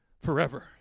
forever